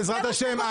בעזרת השם,